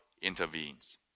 Intervenes